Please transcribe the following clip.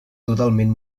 totalment